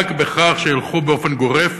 היא רק בכך שילכו באופן גורף